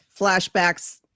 flashbacks